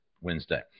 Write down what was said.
Wednesday